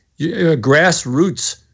grassroots